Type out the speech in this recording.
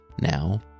Now